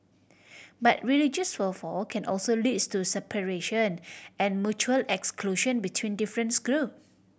but religious fervour can also leads to separation and mutual exclusion between difference group